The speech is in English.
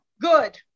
good